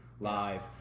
live